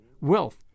wealth